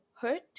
hurt